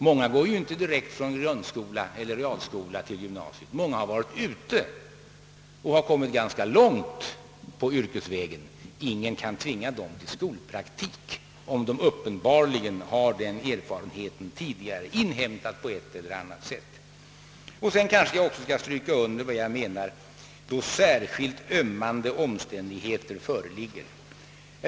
Många går ju inte direkt från grundskola eller realskola till gymnasium — många har kommit ganska långt på yrkesvägen och varit ute i yrkeslivet. Ingen kan tvinga dem till skolpraktik om de uppenbarligen tidigare — på ett eller annat sätt — inhämtat erfarenhet. Jag skall kanske också stryka under vad jag menar med mitt uttryck »då särskilt ömmande omständigheter föreligger».